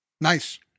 Nice